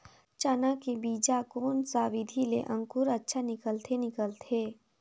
चाना के बीजा कोन सा विधि ले अंकुर अच्छा निकलथे निकलथे